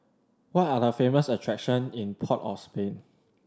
what are the famous attractions in Port of Spain